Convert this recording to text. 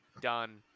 done